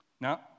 Now